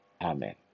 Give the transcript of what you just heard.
Amen